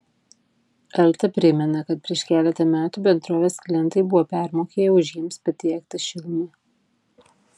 elta primena kad prieš keletą metų bendrovės klientai buvo permokėję už jiems patiektą šilumą